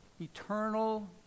Eternal